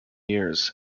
years